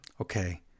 Okay